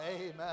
Amen